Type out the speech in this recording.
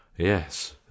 yes